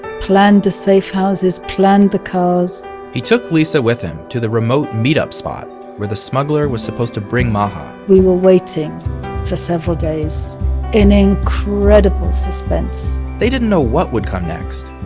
planned the safe houses, planned the cars he took lisa with him to the remote meet-up spot where the smuggler was supposed to bring maha we were waiting for several days in incredible suspense they didn't know what would come next.